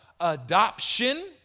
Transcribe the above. Adoption